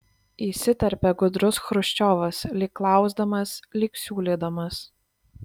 įsiterpė gudrus chruščiovas lyg klausdamas lyg siūlydamas